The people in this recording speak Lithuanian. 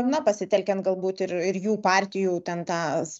na pasitelkiant galbūt ir ir jų partijų ten tas